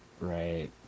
Right